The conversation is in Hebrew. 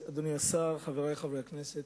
היושב-ראש, תודה, אדוני השר, חברי חברי הכנסת,